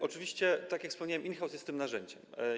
Oczywiście, tak jak wspomniałem, in-house jest tym narzędziem.